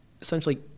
essentially